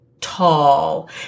tall